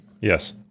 Yes